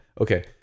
okay